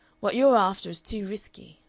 what you're after is too risky.